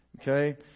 okay